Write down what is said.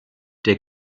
der